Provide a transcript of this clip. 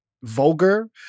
Vulgar